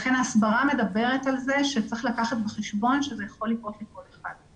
לכן ההסברה מדברת על זה שצריך לקחת בחשבון שזה יכול לקרות לכל אחד.